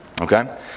okay